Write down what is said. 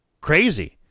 crazy